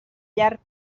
llarg